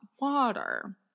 water